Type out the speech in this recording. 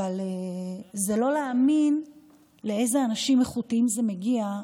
אבל זה לא להאמין לאיזה אנשים איכותיים זה מגיע,